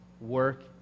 work